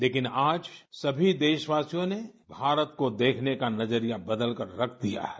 लेकिन आज सभी देशवासियों ने भारत को देखने का नजरिया बदलकर रख दिया है